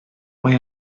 mae